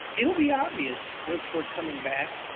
it'll be obvious once we're coming back.